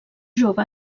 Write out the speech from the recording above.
jove